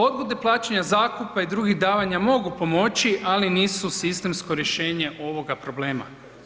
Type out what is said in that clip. Odgode plaćanja zakupa i drugih davanja mogu pomoći, ali nisu sistemsko rješenje ovoga problema.